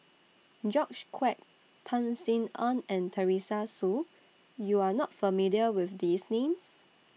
George Quek Tan Sin Aun and Teresa Hsu YOU Are not familiar with These Names